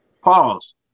pause